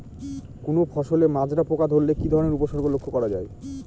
কোনো ফসলে মাজরা পোকা ধরলে কি ধরণের উপসর্গ লক্ষ্য করা যায়?